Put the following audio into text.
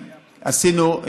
עשינו,